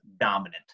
dominant